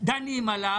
דנים בו,